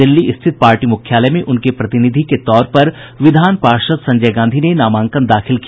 दिल्ली स्थित पार्टी मुख्यालय में उनके प्रतिनिधि के तौर पर विधान पार्षद संजय गांधी ने नामांकन दाखिल किया